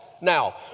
now